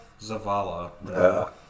Zavala